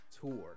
tour